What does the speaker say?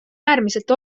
äärmiselt